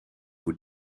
voor